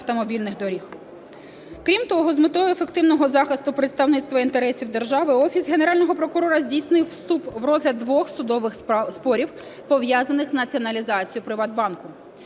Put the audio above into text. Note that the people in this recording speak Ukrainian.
Крім того з метою ефективного захисту представництва інтересів держави Офіс Генерального прокурора здійснив вступ в розгляд двох судових спорів, пов'язаних з націоналізацією "ПриватБанку".